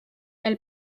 elle